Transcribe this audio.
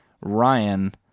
Ryan